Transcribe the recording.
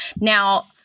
Now